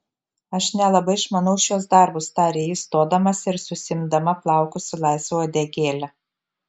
aš nelabai išmanau šiuos darbus tarė ji stodamasi ir susiimdama plaukus į laisvą uodegėlę